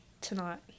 tonight